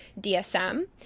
DSM